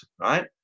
Right